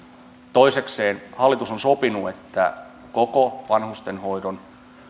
toisekseen hallitus on sopinut että koko vanhustenhoidon